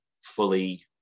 fully